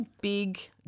big